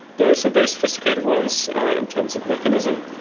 there are some very sophisticated ones in terms of mechanism.